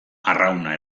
arrauna